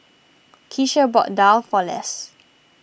Keisha bought Daal for Les